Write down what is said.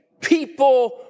people